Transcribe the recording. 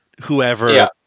whoever